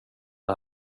det